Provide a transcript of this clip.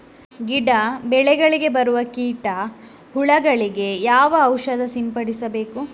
ಗಿಡ, ಬೆಳೆಗಳಿಗೆ ಬರುವ ಕೀಟ, ಹುಳಗಳಿಗೆ ಯಾವ ಔಷಧ ಸಿಂಪಡಿಸಬೇಕು?